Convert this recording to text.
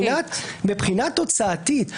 מבחינה תוצאתית,